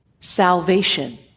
Salvation